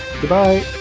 Goodbye